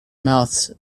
mouths